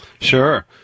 Sure